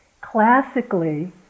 Classically